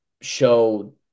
show